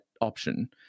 option